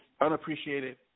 unappreciated